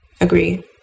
Agree